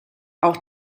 auch